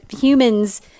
humans